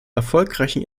erfolgreichen